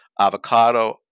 avocado